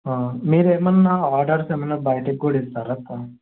మీరు ఏమైనా ఆర్డర్స్ ఏమైనా బయటికి కూడా ఇస్తారా అక్క